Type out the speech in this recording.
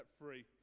free